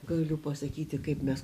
galiu pasakyti kaip mes